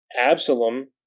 Absalom